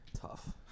Tough